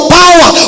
power